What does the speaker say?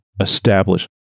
establish